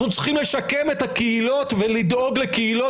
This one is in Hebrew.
אנחנו צריכים לשקם את הקהילות ולדאוג לקהילות.